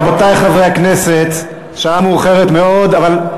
רבותי, רבותי חברי הכנסת, השעה מאוחרת מאוד, אבל,